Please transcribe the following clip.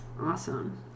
Awesome